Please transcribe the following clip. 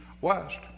West